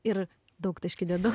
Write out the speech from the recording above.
ir daugtaškį dedu